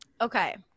Okay